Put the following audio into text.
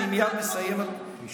אני מייד מסיים, אדוני.